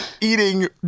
eating